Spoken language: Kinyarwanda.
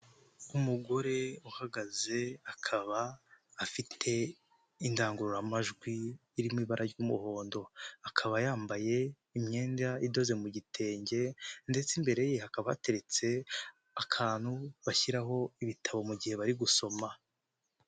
Umugore uhagaze akaba afite indangururamajwi irimo ibara ry'umuhondo, akaba yambaye imyenda idoze mu gitenge ndetse imbere ye hakaba hateretse akantu bashyiraho ibitabo mu gihe bari gusoma.